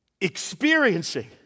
Experiencing